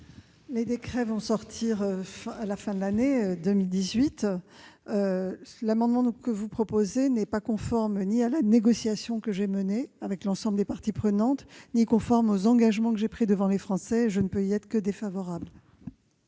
Les décrets seront publiés à la fin de l'année 2018. L'amendement que vous proposez, monsieur Morisset, n'est conforme ni à la négociation que j'ai menée avec l'ensemble des parties prenantes ni aux engagements que j'ai pris devant les Français. Je ne peux y être que défavorable.